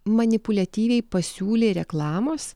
manipuliatyviai pasiūlė reklamos